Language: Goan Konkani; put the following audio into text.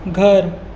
घर